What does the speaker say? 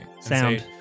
Sound